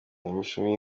imishumi